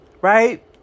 Right